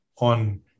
on